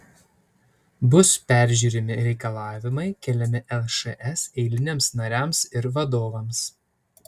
bus peržiūrimi reikalavimai keliami lšs eiliniams nariams ir vadovams